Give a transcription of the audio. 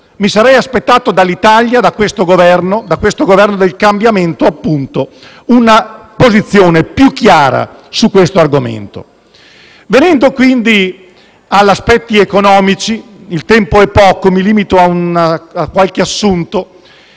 Mi sarei aspettato dall'Italia, da questo Governo del cambiamento, una posizione più chiara su questo argomento. Venendo agli aspetti economici, il tempo è poco e mi limito a qualche assunto.